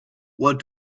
what